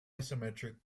isometric